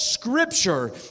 Scripture